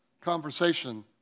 conversation